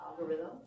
algorithm